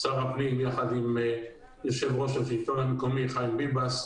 שר הפנים יחד עם יושב-ראש השלטון המקומי חיים ביבס,